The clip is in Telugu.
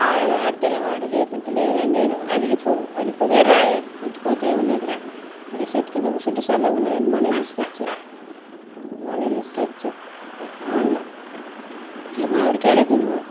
ఆడితే ఆడు లేకుంటే లేదని నేను అలిగిపో అలిగి పోతే రావే ఇంటికి పోతే ఏమున్నాది రా ఇది చెట్టు కింద కూర్చుంటే చల్లగాఉన్నది మళ్ళీ తీసుకొచ్చి మళ్ళీ తీసుకొచ్చి మళ్ళీ ఈ మావిడి కాయలు తినవా